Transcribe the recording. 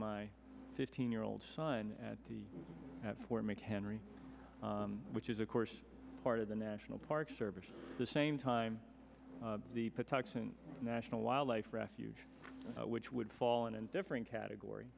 my fifteen year old son at the fort mchenry which is of course part of the national park service the same time the patuxent national wildlife refuge which would fall in and different category